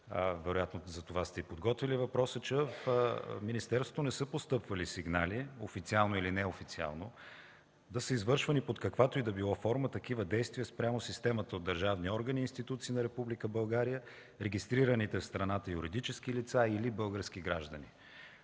вероятно и затова сте подготвили въпроса, че в министерството не са постъпвали сигнали – официално или неофициално, да са извършвани под каквато и да било форма такива действия, спрямо системата от държавни органи и институции на Република България, регистрираните в страната юридически лица или български граждани.